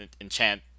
enchant